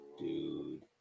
Dude